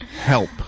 help